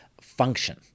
function